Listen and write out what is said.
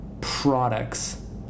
products